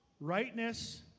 rightness